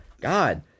God